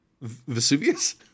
Vesuvius